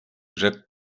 rzekł